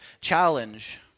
challenge